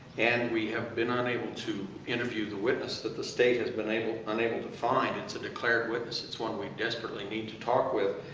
and we have been unable to interview the witness that the state has but been unable to find it's a declared witness. it's one we desperately need to talk with.